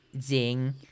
Zing